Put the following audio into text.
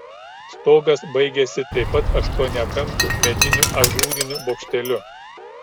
stogas baigėsi taip pat aštuoniakampiu mediniu ažūriniu bokšteliu